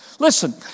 Listen